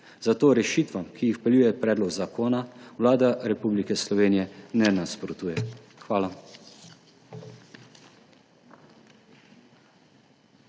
Zato rešitvam, ki jih vpeljuje predlog zakona, Vlada Republike Slovenije ne nasprotuje. Hvala.